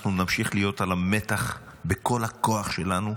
אנחנו נמשיך להיות על המתח בכל הכוח שלנו,